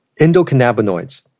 Endocannabinoids